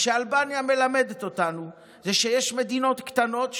מה שאלבניה מלמדת אותנו זה שיש מדינות קטנות,